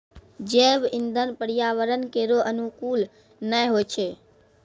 जैव इंधन पर्यावरण केरो अनुकूल नै होय छै